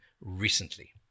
recently